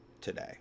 today